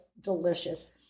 delicious